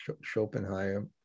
Schopenhauer